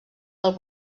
del